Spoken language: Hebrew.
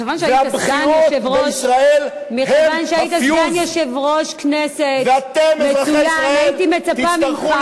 מכיוון שהיית סגן יושב-ראש כנסת מצוין הייתי מצפה ממך,